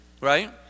right